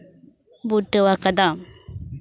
ᱵᱩᱴᱟᱹᱣᱟᱠᱟᱫᱟ